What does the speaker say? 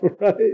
right